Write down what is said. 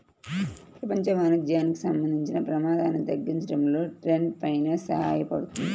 ప్రపంచ వాణిజ్యానికి సంబంధించిన ప్రమాదాన్ని తగ్గించడంలో ట్రేడ్ ఫైనాన్స్ సహాయపడుతుంది